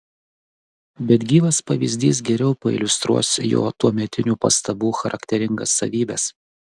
bet gyvas pavyzdys geriau pailiustruos jo tuometinių pastabų charakteringas savybes